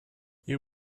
you